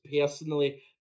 personally